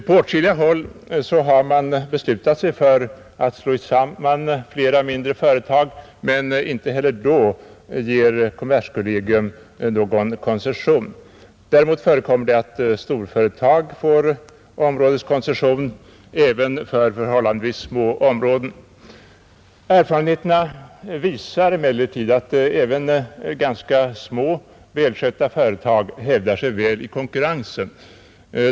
På åtskilliga håll har man beslutat sig för att slå samman flera mindre företag, men inte heller då ger kommerskollegium någon koncession. Däremot förekommer det att storföretag får områdeskoncession även för förhållandevis små områden. Erfarenheterna visar emellertid att även ganska små, välskötta företag ofta hävdar sig bra i konkurrensen.